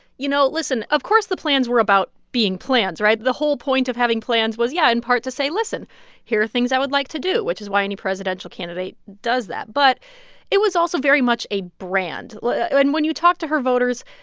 you know, listen of course, the plans were about being plants, right? the whole point of having plans was, yeah, in part, to say, listen here are things i would like to do, which is why any presidential candidate does that. but it was also very much a brand like and when you talk to her voters,